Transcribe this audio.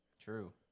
true